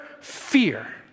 fear